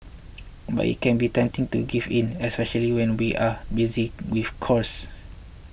but it can be tempting to give in especially when we are busy with chores